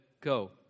Go